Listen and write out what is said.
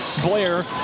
Blair